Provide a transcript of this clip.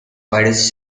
widest